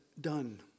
done